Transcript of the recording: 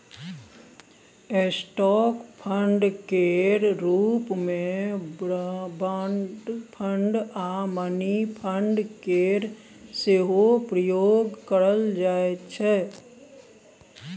stock fund केर रूप मे बॉन्ड फंड आ मनी फंड केर सेहो प्रयोग करल जाइ छै